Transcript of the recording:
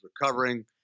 recovering